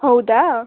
ಹೌದಾ